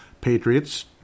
Patriots